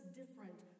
different